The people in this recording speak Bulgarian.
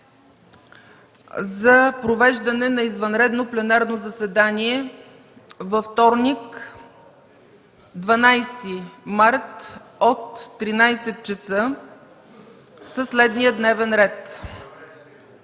за провеждане на извънредно пленарно заседание във вторник, 12 март 2013 г., от 13,00 ч. със следния дневен ред: